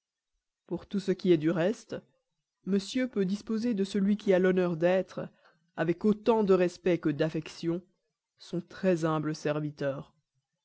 pour tout ce qui est du reste monsieur peut disposer de celui qui a l'honneur d'être avec autant de respect que d'affection son très humble serviteur